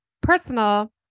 personal